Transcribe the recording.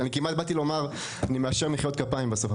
אני כמעט באתי לומר שאני מאשר מחיאות כפיים בסוף,